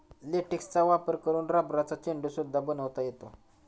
लेटेक्सचा वापर करून रबरचा चेंडू सुद्धा बनवता येतो